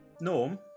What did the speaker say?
Norm